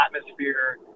atmosphere